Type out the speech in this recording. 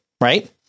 right